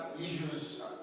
issues